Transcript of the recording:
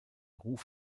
ruf